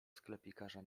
sklepikarza